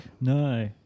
No